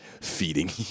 feeding